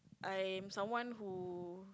I'm someone who